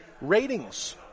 ratings